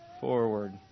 forward